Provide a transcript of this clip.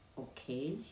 okay